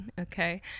Okay